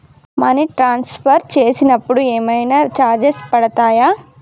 Money transfer చేసినప్పుడు ఏమైనా charges పడతయా?